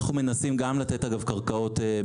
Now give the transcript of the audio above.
אנחנו מנסים לתת קרקעות בחינם עם מחיר מטרה.